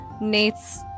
Nate's